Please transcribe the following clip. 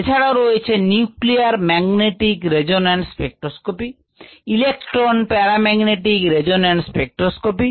এছাড়াও রয়েছে nuclear magnetic resonance spectroscopy electron paramagnetic resonance spectroscopy